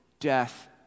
Death